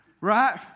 right